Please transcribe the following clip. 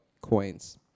coins